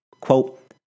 quote